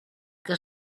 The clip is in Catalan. que